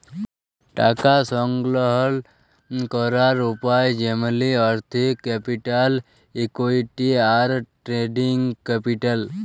টাকা সংগ্রহল ক্যরের উপায় যেমলি আর্থিক ক্যাপিটাল, ইকুইটি, আর ট্রেডিং ক্যাপিটাল